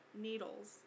needles